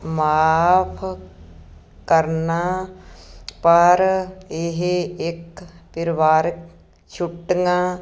ਮਾਫ਼ ਕਰਨਾ ਪਰ ਇਹ ਇੱਕ ਪਰਿਵਾਰਕ ਛੁੱਟੀਆਂ